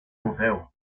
museo